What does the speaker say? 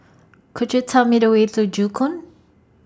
Could YOU Tell Me The Way to Joo Koon